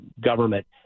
government